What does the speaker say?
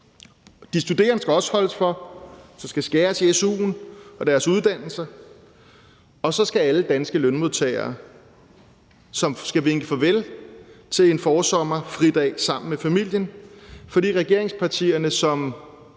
De studerende skal også holde for. Der skal skæres ned på su'en og på deres uddannelser. Og så skal alle lønmodtagere vinke farvel til en forsommerfridag sammen med familien, fordi regeringspartierne som